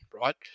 right